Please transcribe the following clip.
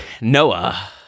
Noah